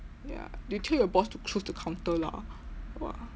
ya you tell your boss to close the counter lah !wah!